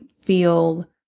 feel